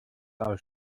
aus